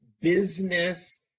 business